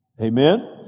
Amen